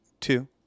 two